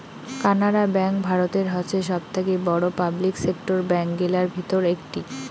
Canara bank ভারতের হসে সবথাকি বড়ো পাবলিক সেক্টর ব্যাঙ্ক গিলার ভিতর একটি